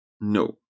No